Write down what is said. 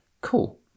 Cool